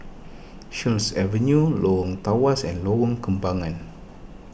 Sheares Avenue Lorong Tawas and Lorong Kembangan